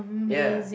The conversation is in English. ya